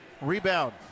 rebound